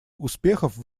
успехов